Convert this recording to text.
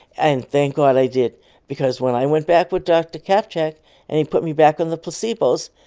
and thank god i did because when i went back with dr. kaptchuk and he put me back on the placebos,